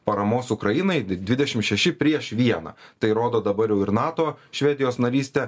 paramos ukrainai dvidešim šeši prieš vieną tai rodo dabar jau ir nato švedijos narystę